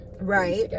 Right